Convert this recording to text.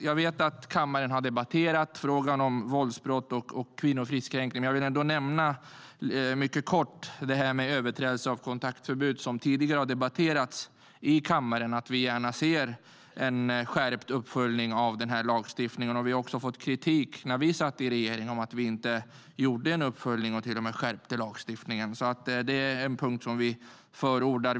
Jag vet att kammaren har debatterat frågan om våldsbrott och kvinnofridskränkning. Men jag vill ändå nämna detta med överträdelse av kontaktförbud. Vi ser gärna en skärpt uppföljning av den här lagstiftningen. När vi satt i regering fick vi kritik för att vi inte gjorde någon uppföljning innan vi skärpte lagstiftningen. Det är alltså en punkt som vi förordar.